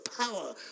power